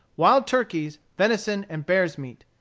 wild turkeys, venison, and bear's meat.